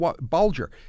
Bulger